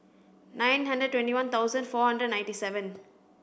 nine hundred twenty one thousand four hundred ninety seven